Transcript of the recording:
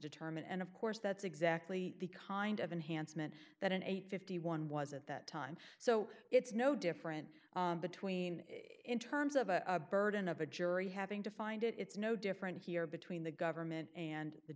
determine and of course that's exactly the kind of enhancement that an eight hundred and fifty one was at that time so it's no different between in terms of a burden of a jury having to find it it's no different here between the government and the